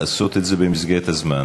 לעשות את זה במסגרת הזמן